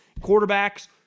quarterbacks